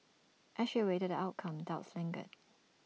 as she awaited the outcome doubts lingered